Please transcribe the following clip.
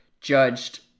judged